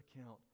account